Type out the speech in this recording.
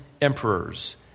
emperors